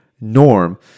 norm